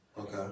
Okay